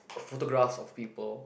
photographs of people